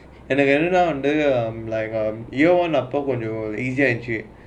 and I ended up doing uh like um அப்போ கொஞ்சம்:appo konjam easy ah